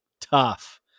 tough